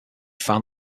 found